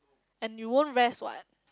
and you won't rest what